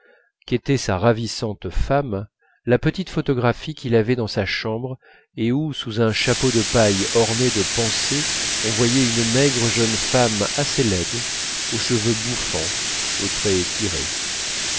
qu'était sa ravissante femme la petite photographie qu'il avait dans sa chambre et où sous un chapeau de paille orné de pensées on voyait une maigre jeune femme assez laide aux cheveux bouffants aux traits tirés